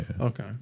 Okay